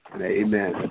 Amen